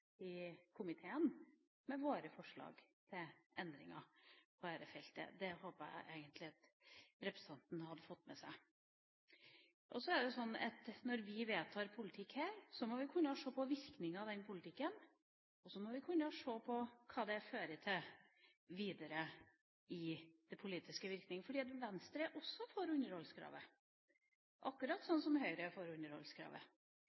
komiteen med våre forslag til endringer på dette feltet. Det håpet jeg egentlig at representanten hadde fått med seg. Når vi vedtar politikk her, må vi kunne se på virkninga av den politikken, og vi må kunne se på hva det fører til videre. Venstre er også for underholdskravet – akkurat som Høyre er for underholdskravet.